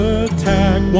attack